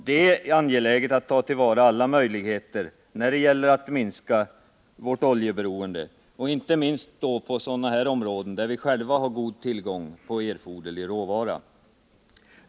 Det är angeläget att ta till vara alla möjligheter när det gäller att minska vårt oljeberoende, men inte minst på sådana områden där vi själva har god tillgång till erforderlig råvara.